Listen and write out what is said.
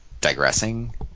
digressing